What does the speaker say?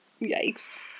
yikes